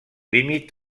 límit